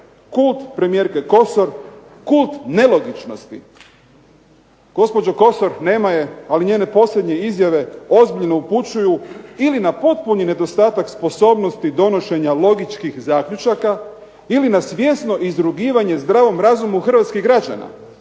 kult premijerke Kosor, kult nelogičnosti. Gospođo Kosor, nema je, ali njene posljednje izjave ozbiljno upućuju ili na potpuni nedostatak sposobnosti donošenja logičkih zaključaka ili na svjesno izrugivanje zdravom razumu hrvatskih građana.